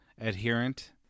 adherent